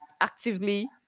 actively